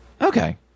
Okay